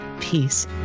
peace